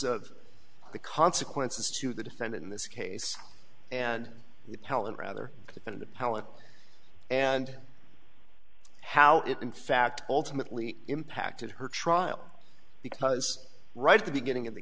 of the consequences to the defendant in this case and you tell him rather than the pallet and how it in fact ultimately impacted her trial because right at the beginning of the